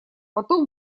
потом